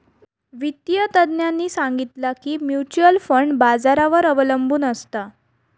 वित्तिय तज्ञांनी सांगितला की म्युच्युअल फंड बाजारावर अबलंबून असता